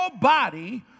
body